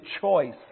choice